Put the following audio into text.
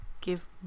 give